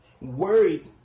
worried